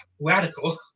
radical